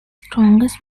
strongest